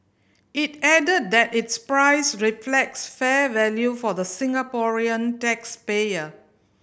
it added that its price reflects fair value for the Singaporean tax payer